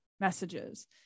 messages